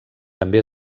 també